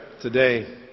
today